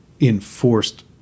enforced